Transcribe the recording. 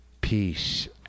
Peace